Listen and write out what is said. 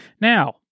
Now